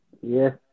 yes